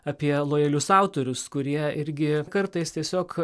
apie lojalius autorius kurie irgi kartais tiesiog